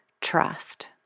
trust